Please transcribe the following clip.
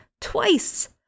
Twice